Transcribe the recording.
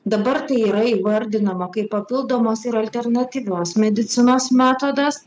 dabar tai yra įvardinama kaip papildomos ir alternatyvios medicinos metodas